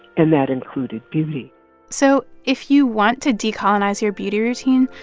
and that included beauty so if you want to decolonize your beauty routine,